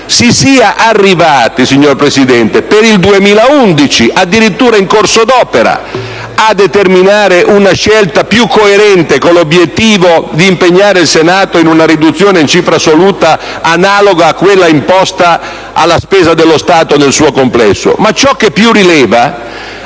si sia arrivati a determinare per il 2011, addirittura in corso d'opera, una scelta più coerente con l'obiettivo di impegnare il Senato in una riduzione in cifra assoluta analoga a quella imposta alla spesa dello Stato nel suo complesso e a definire - ciò che più rileva